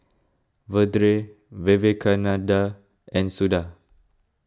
Vedre Vivekananda and Suda